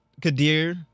Kadir